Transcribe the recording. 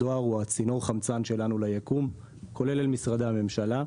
צריך להבין שהדואר הוא צינור החמצן שלנו ליקום כולל אל משרדי הממשלה.